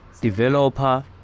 Developer